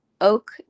oak